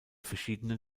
verschiedenen